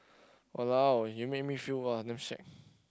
!walao! you make me feel uh damn shag